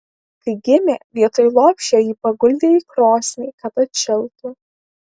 kai gimė vietoj lopšio jį paguldė į krosnį kad atšiltų